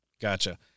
Gotcha